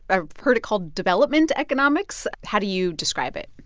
i've heard it called development economics. how do you describe it?